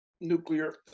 nuclear